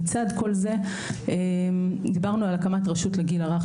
לצד כל זה דיברנו על הקמת רשות לגיל הרך.